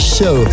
Show